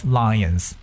lions